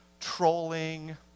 trolling